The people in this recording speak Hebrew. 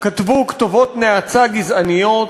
כתבו כתובות נאצה גזעניות